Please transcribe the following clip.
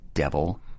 devil